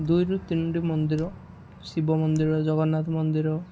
ଦୁଇରୁ ତିନୋଟି ମନ୍ଦିର ଶିବ ମନ୍ଦିର ଜଗନ୍ନାଥ ମନ୍ଦିର